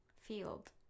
Field